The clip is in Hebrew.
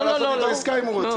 אנחנו נעשה איתו עסקה, אם הוא רוצה.